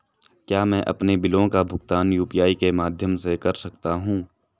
क्या मैं अपने बिलों का भुगतान यू.पी.आई के माध्यम से कर सकता हूँ?